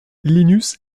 linus